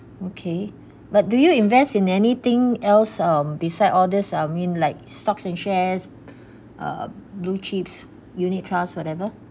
okay but do you invest in anything else um beside all these I mean like stocks and shares uh blue chips unit trust whatever